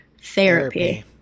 therapy